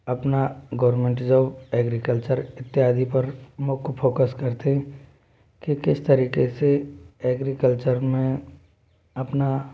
अपना government job agriculture इत्यादि पर मुख्य फोकस करते हैं कि किस तरीके से ऐग्रिकल्चर में अपना